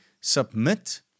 submit